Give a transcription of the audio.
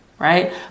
Right